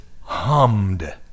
hummed